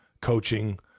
coaching